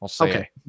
Okay